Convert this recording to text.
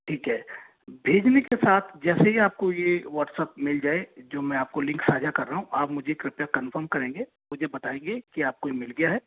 ठीक है भेजने के साथ जैसे ही आपको यह वाट्सअप मिल जाए जो मैं आपको लिंक साझा कर रहा हूँ आप मुझे कृपया कन्फर्म करेंगे मुझे बताएँगे कि आपको यह मिल गया है